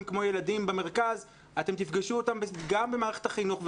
כמו לילדים במרכז תפגשו אותם גם במערכת החינוך,